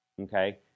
Okay